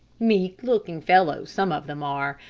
meek-looking fellows some of them are.